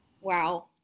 wow